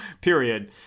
Period